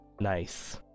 Nice